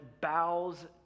bows